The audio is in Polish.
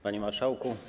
Panie Marszałku!